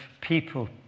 people